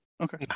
Okay